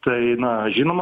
tai na žinoma